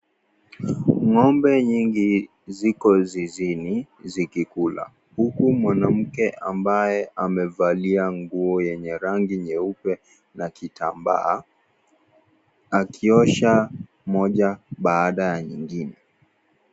Ngo'mbe nyingi ziko zizini zikikula huku mwanamke ambaye amevalia nguo yenye rangi nyeupe na kitambaa akiosha moja baada ya nyingine.